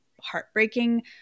heartbreaking